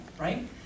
right